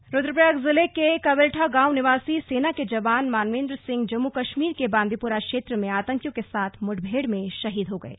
शहीद रुद्रप्रयाग जिले के कविल्ठा गांव निवासी सेना के जवान मानवेंद्र सिंह जम्मू कश्मीर के बांदीपुरा क्षेत्र में आतंकियों के साथ मुठभेड में शहीद हो गए हैं